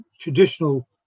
traditional